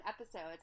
episodes